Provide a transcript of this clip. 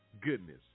goodness